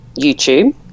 youtube